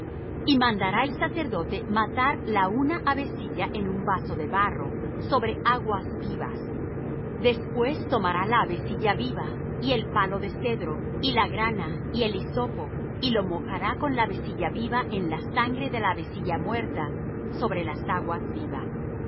y mandará el sacerdote matar la una avecilla en un vaso de barro sobre aguas vivas después tomará la avecilla viva y el palo de cedro y la grana y el hisopo y lo mojará con la avecilla viva en la sangre de la avecilla muerta sobre las aguas vivas